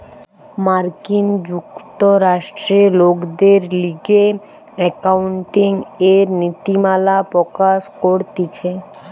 মার্কিন যুক্তরাষ্ট্রে লোকদের লিগে একাউন্টিংএর নীতিমালা প্রকাশ করতিছে